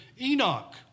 Enoch